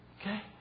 Okay